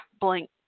blank